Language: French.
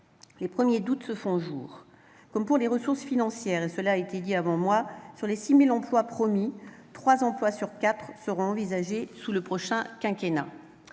les premiers doutes se font jour. Comme pour les ressources financières- cela a été dit avant moi -, sur les 6 000 emplois promis, trois sur quatre sont envisagés pour le prochain quinquennat.